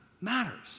matters